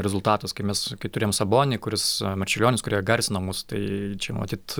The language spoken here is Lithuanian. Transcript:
rezultatas kai mes turėjom sabonį kuris marčiulionis kurie garsino mus tai čia matyt